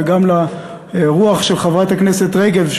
וגם על הרוח של חברת הכנסת רגב,